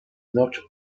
not